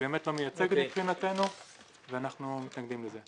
היא באמת לא מייצגת מבחינתנו ואנחנו מתנגדים לזה.